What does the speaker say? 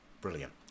brilliant